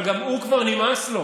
אבל גם הוא, כבר נמאס לו.